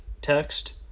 text